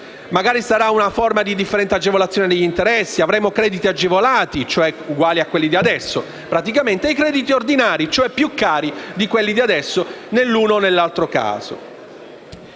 Magari sarà una forma di differente agevolazione negli interessi e avremo i crediti agevolati (cioè uguali a quelli di adesso) e i crediti ordinari (cioè più cari di quelli di adesso) nell'uno o nell'altro caso.